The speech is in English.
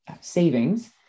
savings